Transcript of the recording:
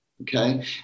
Okay